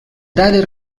dades